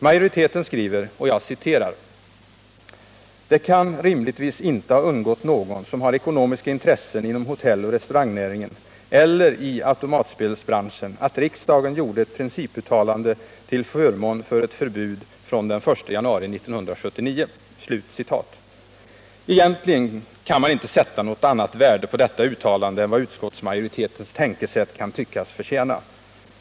Majoriteten skriver: ”Det kan rimligtvis inte ha undgått någon som har ekonomiska intressen inom hotelloch restaurangnäringen eller i automatspelsbranschen att riksdagen gjorde ett principuttalande till förmån för ett förbud från den 1 januari 1979.” Egentligen kan man inte sätta något annat värde på detta uttalande än vad utskottsmajoritetens tänkesätt kan tyckas förtjäna.